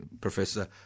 Professor